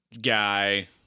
guy